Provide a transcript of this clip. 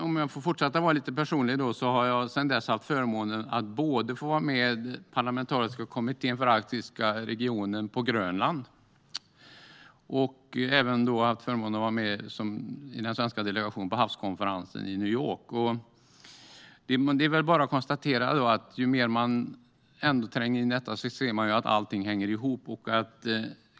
Om jag får fortsätta vara lite personlig kan jag säga att jag sedan dess haft förmånen att både få vara på Grönland med den parlamentariska kommittén för den arktiska regionen och vara med i den svenska delegationen på havskonferensen i New York. Ju mer man tränger in i detta, desto tydligare ser man att allting hänger ihop.